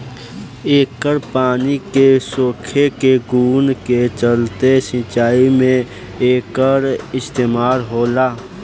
एकर पानी के सोखे के गुण के चलते सिंचाई में एकर इस्तमाल होला